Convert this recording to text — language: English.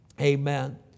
Amen